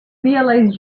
realise